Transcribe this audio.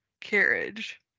carriage